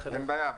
אין בעיה.